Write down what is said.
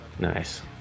Nice